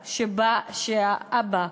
הידיעה שהאבא,